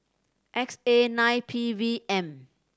X A nine P V M